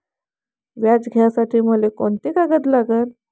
व्याज घ्यासाठी मले कोंते कागद लागन?